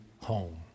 home